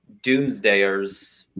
doomsdayers